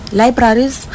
libraries